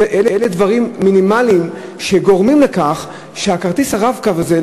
אלה דברים מינימליים שגורמים לכך שהכרטיס ה"רב-קו" הזה,